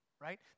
right